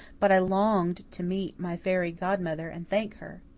but i longed to meet my fairy godmother and thank her.